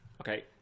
Okay